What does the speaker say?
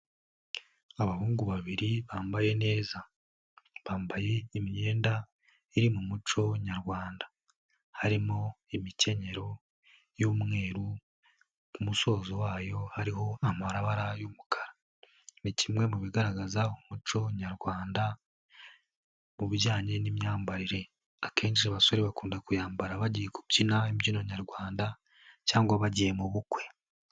Abahungu babiri bambaye neza, bambaye imyenda iri mu muco nyarwanda harimo imikenyero y'umweru ku musozo wayo hariho amabara y'umukara, ni kimwe mu bigaragaza umuco nyarwanda mu ujyanye n'imyambarire, akenshi abasore bakunda kuyambara bagiye kubyina imbyino nyarwanda cyangwa bagiye mu bukwe.